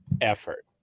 effort